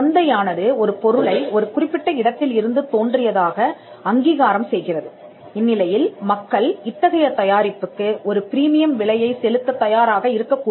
சந்தையானது ஒரு பொருளை ஒரு குறிப்பிட்ட இடத்தில் இருந்து தோன்றியதாக அங்கீகாரம் செய்கிறது இந்நிலையில் மக்கள் இத்தகைய தயாரிப்புக்கு ஒரு பிரீமியம் விலையை செலுத்தத் தயாராக இருக்கக்கூடும்